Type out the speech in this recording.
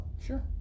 Sure